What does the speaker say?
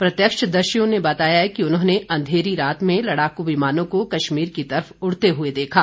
प्रत्यक्षदर्शीयों ने बताया कि उन्होंने अंधेरी रात में लड़ाकू विमानों को कश्मीर की तरफ उड़ते हुए देखा